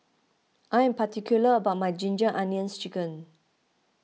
I am particular about my Ginger Onions Chicken